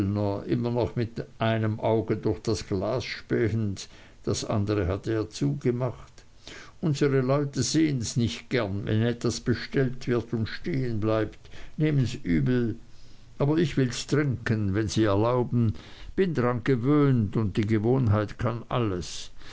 immer noch mit dem einen auge durch das glas spähend das andere hatte er zugemacht unsre leute sehens nicht gern wenn etwas bestellt wird und stehen bleibt nehmens übel aber ich wills trinken wenn sie erlauben bin dran gewöhnt und gewohnheit kann alles